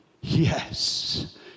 yes